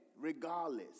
regardless